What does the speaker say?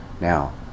Now